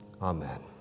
Amen